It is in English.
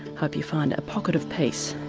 hope you find a pocket of peace,